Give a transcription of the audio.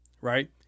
right